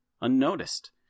unnoticed